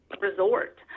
resort